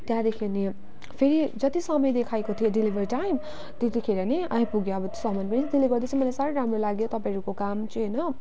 त्यहाँदेखि यो फेरि जति समय देखाएको थियो डेलिभर टाइम त्यतिखेरै नै आइपुग्यो अब सामान पनि त्यसले गर्दा चाहिँ मलाई साह्रै राम्रो लाग्यो तपाईँहरूको काम चाहिँ होइन